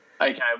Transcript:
Okay